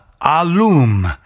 alum